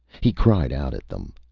he cried out at them.